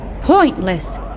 Pointless